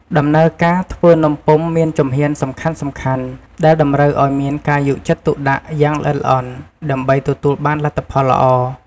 ដំណើរការធ្វើនំពុម្ពមានជំហានសំខាន់ៗ ដែលតម្រូវឱ្យមានការយកចិត្តទុកដាក់យ៉ាងល្អិតល្អន់ ដើម្បីទទួលបានលទ្ធផលល្អ។